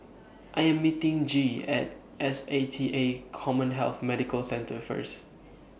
I Am meeting Gee At S A T A Commhealth Medical Centre First